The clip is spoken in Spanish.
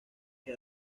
que